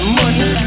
money